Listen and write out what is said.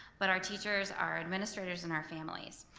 but our teachers, our administrators, and our families.